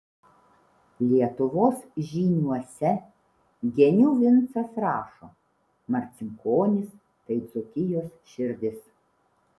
lietuvos žyniuose genių vincas rašo marcinkonys tai dzūkijos širdis